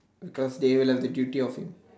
because they would have the duty of